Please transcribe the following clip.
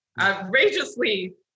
outrageously